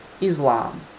Islam